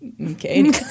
okay